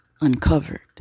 Uncovered